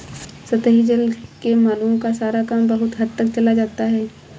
सतही जल से मानवों का सारा काम बहुत हद तक चल जाता है